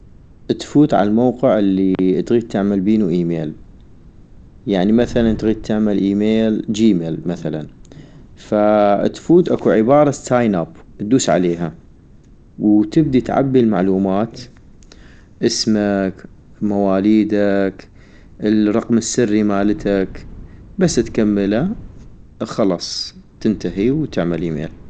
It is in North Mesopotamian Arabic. تفوت عالموقع الي تغيد تعمل بينو ايميل - يعني مثلا تغيد تعمل ايميل جيميل مثلا ، تفوت اكو عبارة ساين اب ادوس عليها، وتبدي تعبي المعلومات ، اسمك مواعيدك الرقم السري مالتك - بس تكملا خلص تنتهي وتعمل ايميل